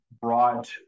brought